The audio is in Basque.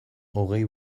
hogei